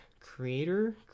Creator